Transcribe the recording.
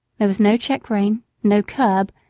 there was no check-rein, no curb,